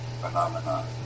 phenomenon